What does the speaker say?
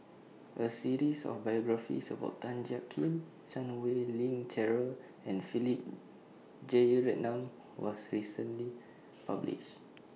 A series of biographies about Tan Jiak Kim Chan Wei Ling Cheryl and Philip Jeyaretnam was recently published